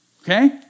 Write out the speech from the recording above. okay